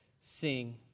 sing